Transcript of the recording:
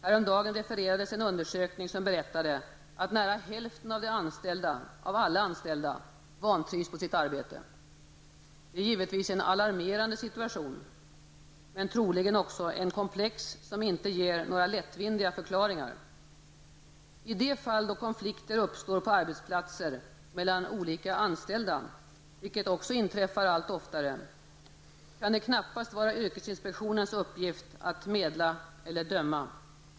Häromdagen refererades en undersökning som berättade att nära hälften av alla anställda vantrivs på sitt arbete. Det är givetvis en alarmerande situation men troligen också en komplex, som inte har några lättvindiga förklaringar. I de fall då konflikter uppstår på arbetsplatser mellan olika anställda, vilket också inträffar allt oftare, kan det knappast vara yrkesinspektionens uppgift att medla eller döma.